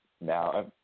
now